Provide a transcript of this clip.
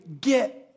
get